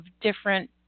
different